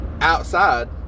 outside